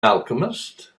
alchemist